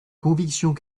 convictions